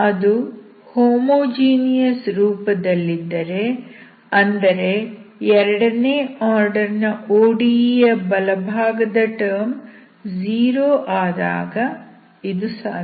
ಅದು ಹೋಮೋಜಿನಿಯಸ್ ರೂಪದಲ್ಲಿದ್ದರೆ ಅಂದರೆ ಎರಡನೇ ಆರ್ಡರ್ ನ ODE ಯ ಬಲಭಾಗದ ಟರ್ಮ್ 0 ಆದಾಗ ಇದು ಸಾಧ್ಯ